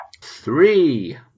Three